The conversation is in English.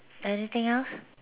anything else